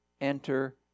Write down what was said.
enter